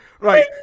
Right